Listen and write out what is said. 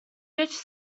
ridge